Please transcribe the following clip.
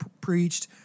preached